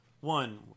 One